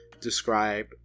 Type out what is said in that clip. describe